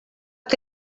que